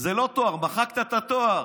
שזה לא תואר, מחקת את התואר.